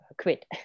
quit